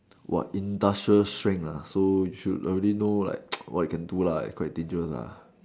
what industrial strength ah so should already know like what it can do lah quite dangerous lah